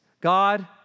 God